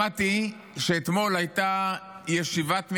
שמעתי שאתמול הייתה ישיבת ממשלה,